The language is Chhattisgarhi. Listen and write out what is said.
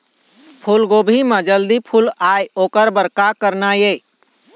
फूलगोभी म जल्दी फूल आय ओकर बर का करना ये?